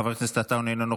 חבר הכנסת עטאונה,